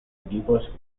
equipos